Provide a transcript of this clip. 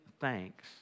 thanks